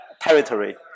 territory